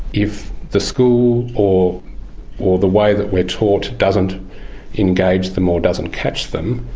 if the school or or the way that we're taught doesn't engage them or doesn't catch them,